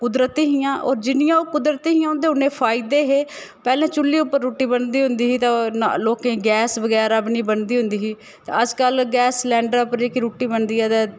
कुदरती हियां होर जिन्नियां ओह् कुदरती हियां उं'दे उन्ने फायदे हे पैह्ले चुल्ली उप्पर रुट्टी बनदी होंदी ही ते लोकें गी गैस बगैरा बी नी बनदी होंदी ही ते अज्जकल गैस सलैंडर उप्पर जेह्की रुट्टी बनदी ऐ ते